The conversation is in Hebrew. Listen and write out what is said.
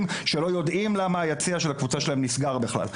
שלא יודעים למה היציע של הקבוצה שלהם נסגר בכלל.